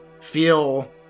feel